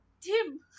Tim